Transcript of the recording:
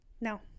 No